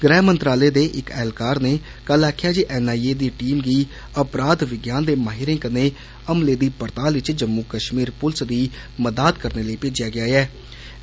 गृह मंत्रालय दे इक ऐहलकार ने कल्ल आक्खेआ जे छप दी टीम गी उपराध विज्ञान दे माहिरें कन्नै हमले दी पड़ताल च जम्मू कश्मीर पुलस दी मदाद करने लेई भेजेआ गेआ ऐ